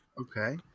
Okay